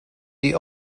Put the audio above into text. die